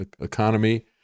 economy